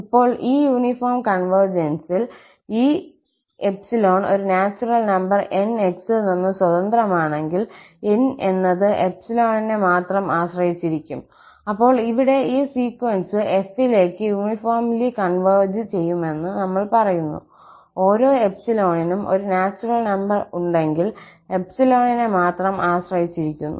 ഇപ്പോൾ ഈ യൂണിഫോം കോൺവെർജൻസിൽ ഈ ∃ ഒരു നാച്ചുറൽ നമ്പർ 𝑁 x ൽ നിന്ന് സ്വതന്ത്രമാണെങ്കിൽ 𝑁 എന്നത് 𝜖 നെ മാത്രം ആശ്രയിച്ചിരിക്കും അപ്പോൾ ഇവിടെ ഈ സീക്വൻസ് f ലേക്ക് യൂണിഫോംല്യ കോൺവെർജ് ചെയ്യുമെന്ന് നമ്മൾ പറയുന്നു ഓരോ 𝜖 നും ഒരു നാച്ചുറൽ നമ്പർ ഉണ്ടെങ്കിൽ 𝜖 നെ മാത്രം ആശ്രയിച്ചിരിക്കുന്നു